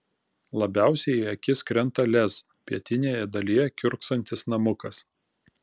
labiausiai į akis krenta lez pietinėje dalyje kiurksantis namukas